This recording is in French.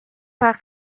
par